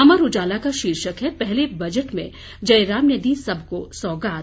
अमर उजाला का शीर्षक है पहले बजट में जयराम ने दी सबको सौगात